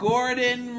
Gordon